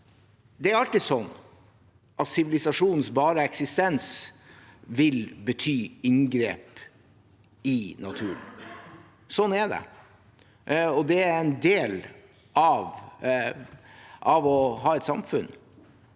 Det er alltid sånn at sivilisasjonens blotte eksistens vil bety inngrep i naturen. Sånn er det. Det er en del av å ha et samfunn.